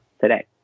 today